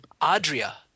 Adria